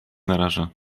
naraża